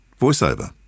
voiceover